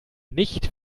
nicht